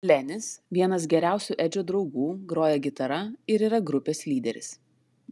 lenis vienas geriausių edžio draugų groja gitara ir yra grupės lyderis